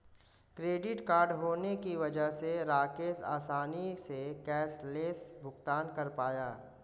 credit card होने की वजह से राकेश आसानी से कैशलैस भुगतान कर पाया